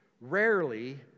rarely